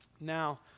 Now